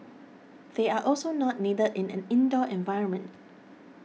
they are also not needed in an indoor environment